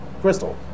Crystal